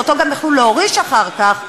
שאותו גם יכלו להוריש אחר כך,